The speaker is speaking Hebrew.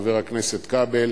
חבר הכנסת כבל,